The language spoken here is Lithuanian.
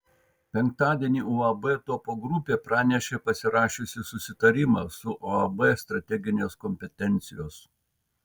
penktadienį uab topo grupė pranešė pasirašiusi susitarimą su uab strateginės kompetencijos